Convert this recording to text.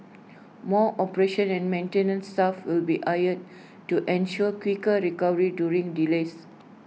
more operations and maintenance staff will be hired to ensure quicker recovery during delays